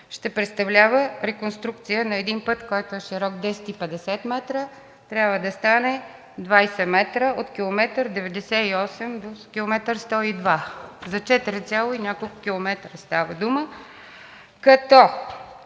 ще представлява реконструкция на един път, който е широк 10,50 м, а трябва да стане 20 м – от километър 98 до километър 102. За четири цяло и няколко километра става дума, като